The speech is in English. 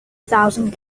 thousand